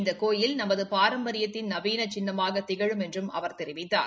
இந்த கோவில் நமது பாரம்பரியத்தின் நவீன சின்னமாக திகழும் என்றும் அவர் தெரிவித்தார்